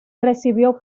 recibió